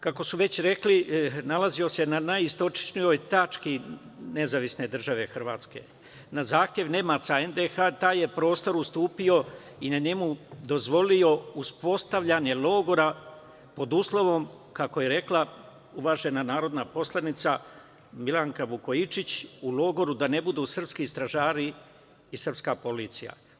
Kako su već rekli, nalazio se na najistočnijoj tački Nezavisne Države Hrvatske, na zahtev Nemaca NDH taj je prostor ustupio i na njemu dozvolio uspostavljanje logora, pod uslovom, kako je rekla uvažena narodna poslanica, Milanka Vukojčić, u logoru da ne budu srpski stražari i srpska policija.